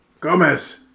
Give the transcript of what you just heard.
Gomez